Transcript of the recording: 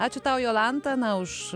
ačiū tau jolanta na už